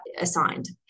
assigned